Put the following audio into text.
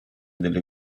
delle